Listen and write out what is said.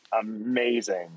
amazing